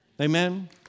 Amen